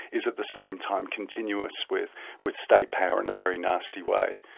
is at the same time continuous with with state power in a very nasty way.